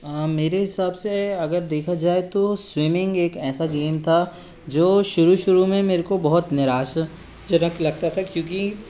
मेरे हिसाब से अगर देखा जाए तो स्विमिंग एक ऐसा गेम था जो शुरू शुरू मे मेरे को बहुत निराश जनक लगता था क्योंकि